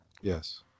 yes